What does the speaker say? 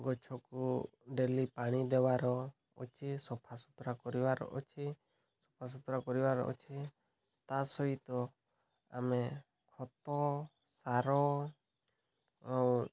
ଗଛକୁ ଡେଲି ପାଣି ଦେବାର ଅଛି ସଫାସୁତୁରା କରିବାର ଅଛି ସଫାସୁତୁରା କରିବାର ଅଛି ତା' ସହିତ ଆମେ ଖତ ସାର ଆଉ